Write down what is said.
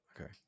Okay